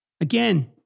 again